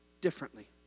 differently